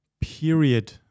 period